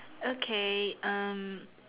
okay um